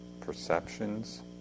perceptions